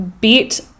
beat